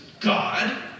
God